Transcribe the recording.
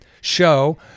show